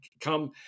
come